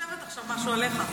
אני אפילו כותבת עכשיו משהו עליך.